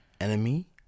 Enemy